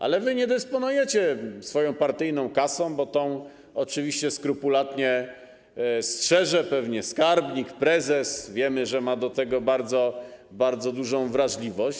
Ale wy nie dysponujecie swoją partyjną kasą, bo tę oczywiście skrupulatnie strzeże pewnie skarbnik, prezes, wiemy, że ma co do tego bardzo dużą wrażliwość.